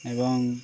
ଏବଂ